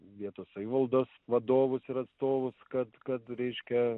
vietos savivaldos vadovus ir atstovus kad kad ryškia